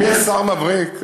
אם יש שר מבריק,